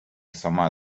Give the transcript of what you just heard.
сама